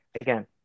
again